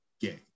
gay